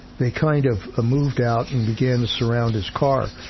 they kind of ah moved out and began to surround his car.